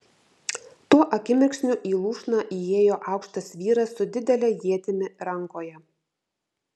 tuo akimirksniu į lūšną įėjo aukštas vyras su didele ietimi rankoje